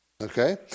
Okay